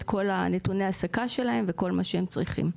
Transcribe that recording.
כל נתוני ההעסקה שלהם ואת כל מה שהם צריכים.